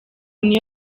niyo